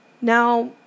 Now